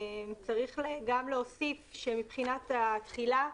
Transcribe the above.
צריך להוסיף שמבחינת התחילה,